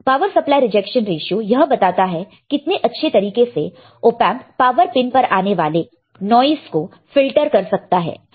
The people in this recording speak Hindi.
पावर सप्लाई रिजेक्शन रेश्यो यह बताता है कि कितने अच्छे तरीके से ऑपएंप पावर पिन पर आने वाले नॉइस को फिल्टर कर सकता है